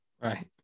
Right